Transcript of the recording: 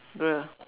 bruh